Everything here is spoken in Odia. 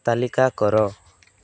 ତାଲିକା କର